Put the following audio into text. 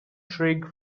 shriek